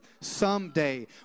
Someday